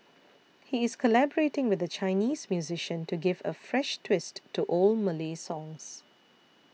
he is collaborating with a Chinese musician to give a fresh twist to old Malay songs